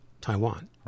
Taiwan